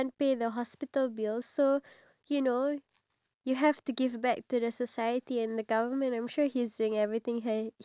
iya and like let's say people who drive uh the cab or taxi you can't blame the government